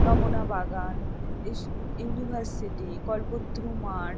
রমনা বাগান ইউনিভার্সিটি কল্পতরু মাঠ